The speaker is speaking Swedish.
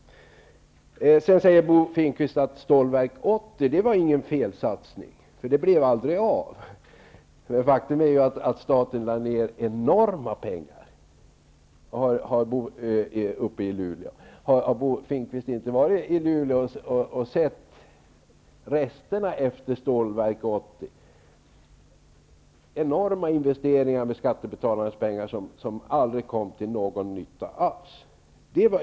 Bo Finnkvist säger att Stålverk 80 var ingen felsatsning, för det blev aldrig av. Men faktum är ju att staten lade ner enorma pengar uppe i Luleå. Har Bo Finnkvist inte varit i Luleå och sett resterna efter Stålverk 80? Det var fråga om enorma investeringar med skattebetalarnas pengar som aldrig kom till någon nytta alls.